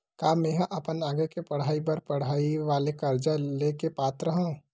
का मेंहा अपन आगे के पढई बर पढई वाले कर्जा ले के पात्र हव?